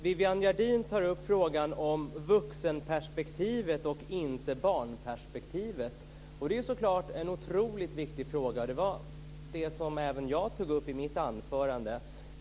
Viviann Gerdin tar upp frågan att man ser det här i vuxenperspektivet och inte i barnperspektivet. Det är så klart en otroligt viktig fråga. Det är vad även jag tog upp i mitt anförande.